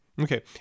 Okay